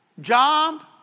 job